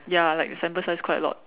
ya like sample size quite a lot